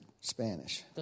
Spanish